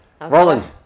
Roland